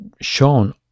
shown